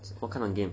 what kind of game